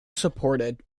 supported